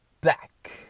back